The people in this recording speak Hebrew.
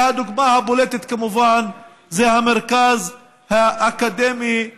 והדוגמה הבולטת כמובן זה המרכז האקדמי באריאל.